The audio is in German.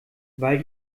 weil